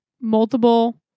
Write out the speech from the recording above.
multiple